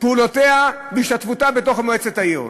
פעולותיה והשתתפותה בתוך מועצת העיר.